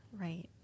Right